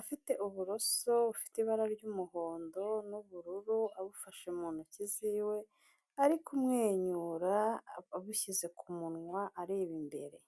afite uburoso bufite ibara ry'umuhondo n'ubururu, abufashe mu ntoki ziwe, ari kumwenyura, abishyize ku munwa areba imbere.